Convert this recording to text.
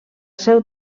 seu